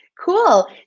Cool